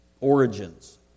origins